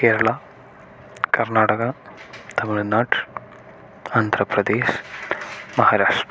Kerala Karnataka Tamil Nadu Andhra Pradesh Maharashtra